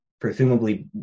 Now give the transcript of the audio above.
presumably